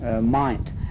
mind